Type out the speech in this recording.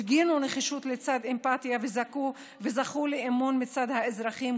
הפגינו נחישות לצד אמפתיה וזכו לאמון מצד האזרחים.